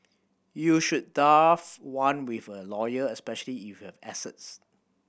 you should draft one with a lawyer especially if you have assets